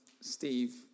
Steve